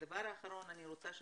והדבר האחרון, אני רוצה שתגידו,